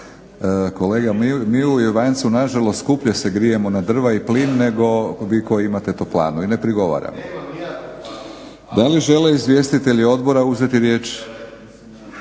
Kolega, mi u Ivancu na žalost skuplje se grijemo na drva i plin nego vi koji imate toplanu i ne prigovaramo. Da li žele izvjestitelji odbora uzeti riječ?